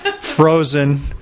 frozen